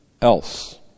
else